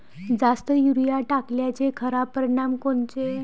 जास्त युरीया टाकल्याचे खराब परिनाम कोनचे?